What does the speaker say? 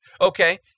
okay